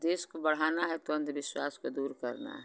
देश को बढ़ाना है तो अंधविश्वास को दूर करना है